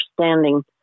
understanding